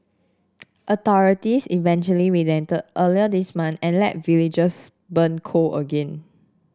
authorities eventually relented earlier this month and let villagers burn coal again